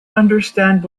understand